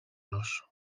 los